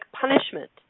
punishment